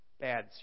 Bad